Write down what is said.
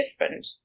different